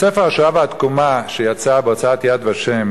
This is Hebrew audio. בספר "השואה והתקומה" שיצא בהוצאת "יד ושם"